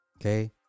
okay